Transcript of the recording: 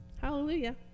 Hallelujah